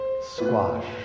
squash